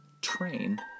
train